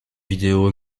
vidéo